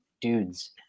dudes